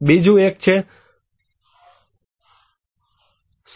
બીજું એક છે સબડક્શન